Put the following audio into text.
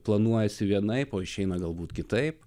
planuojasi vienaip o išeina galbūt kitaip